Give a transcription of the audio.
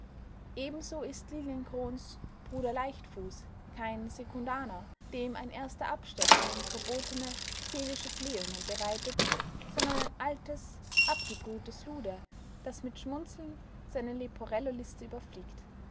ebenso ist liliencrons bruder leichtfuß kein sekundaner dem ein erster abstecher ins verbotene seelische blähungen bereitet sondern ein altes abgebrühtes luder das mit schmunzeln seine leporello-liste überfliegt